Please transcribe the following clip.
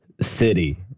city